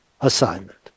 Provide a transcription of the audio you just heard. assignment